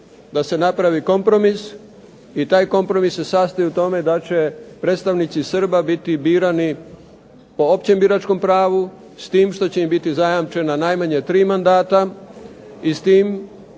da se napravi kompromis i taj kompromis se sastoji u tome da će predstavnici Srba biti birani po općem biračkom pravu, s tim što će im biti zajamčena najmanje tri mandata i s tim